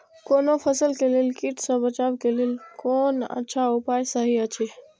कोनो फसल के लेल कीट सँ बचाव के लेल कोन अच्छा उपाय सहि अछि?